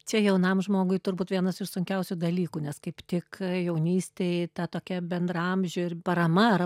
čia jaunam žmogui turbūt vienas iš sunkiausių dalykų nes kaip tik jaunystėj ta tokia bendraamžių ir parama ar